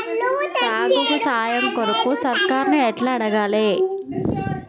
సాగుకు సాయం కొరకు సర్కారుని ఎట్ల అడగాలే?